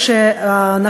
אחריה,